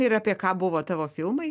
ir apie ką buvo tavo filmai